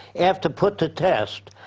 after put to test,